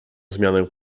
zmianę